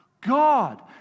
God